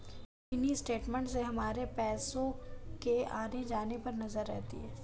mini statement से हमारे पैसो के आने जाने पर नजर रहती है